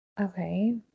okay